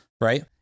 Right